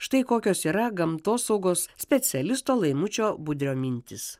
štai kokios yra gamtosaugos specialisto laimučio budrio mintys